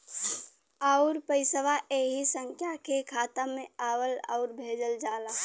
आउर पइसवा ऐही संख्या के खाता मे आवला आउर भेजल जाला